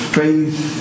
faith